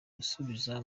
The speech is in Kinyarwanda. gusubiza